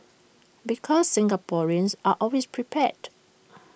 because Singaporeans are always prepared